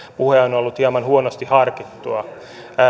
puhe on ollut hieman huonosti harkittua